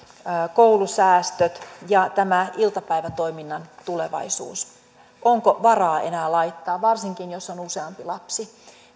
koulusäästöt ja tämä iltapäivätoiminnan tulevaisuus puhuttavat todella paljon onko varaa enää laittaa lasta varsinkin jos on useampi lapsi